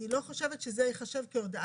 אני לא חושבת שזה ייחשב כהצהרה